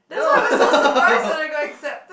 no